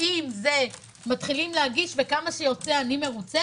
האם זה מתחילים להגיש וכמה שיוצא אני מרוצה,